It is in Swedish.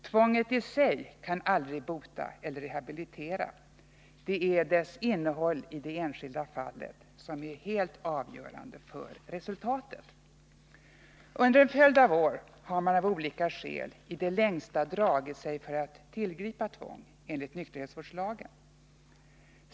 Tvånget i sig kan aldrig bota eller rehabilitera. Det är dess innehåll i det enskilda fallet som är helt avgörande för resultatet. Under en följd av år har man av olika skäl i det längsta dragit sig för att tillgripa tvång enligt nykterhetsvårdslagen.